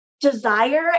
desire